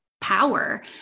power